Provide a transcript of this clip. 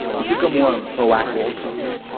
he took a more ah proactive approach.